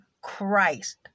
Christ